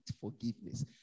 forgiveness